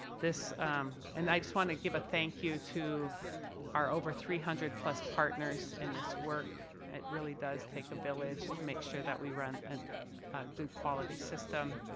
and i just want to give a thank you to our over three hundred plus partners in this work. it really does take a village to make sure that we run and a good quality system.